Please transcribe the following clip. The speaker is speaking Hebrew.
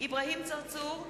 אברהים צרצור,